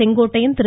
Sengottaiyan Thiru